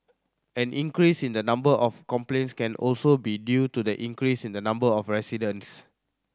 an increase in the number of complaints can also be due to the increase in the number of residents